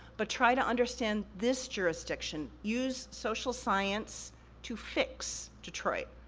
but try to understand this jurisdiction, use social science to fix detroit.